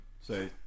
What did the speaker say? Say